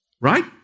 Right